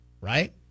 right